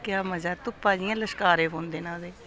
क्या मजा धुप्पा जियां लश्कारे पौंदे न ओह्दे